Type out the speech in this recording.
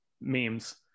memes